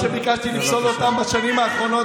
בכל פעם שביקשתי לפסול אותם בשנים האחרונות,